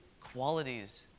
qualities